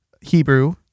Hebrew